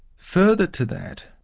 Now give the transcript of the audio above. further to that,